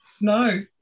No